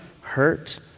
hurt